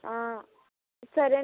సరే